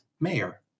mayor